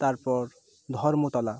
তারপর ধর্মতলা